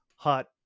hot